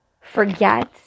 forget